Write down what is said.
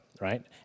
right